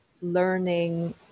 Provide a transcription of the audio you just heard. learning